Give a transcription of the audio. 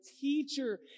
teacher